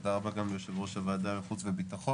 תודה רבה גם ליושב-ראש ועדת החוץ והביטחון,